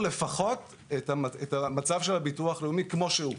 לפחות את המצב של הביטוח הלאומי כמו שהוא,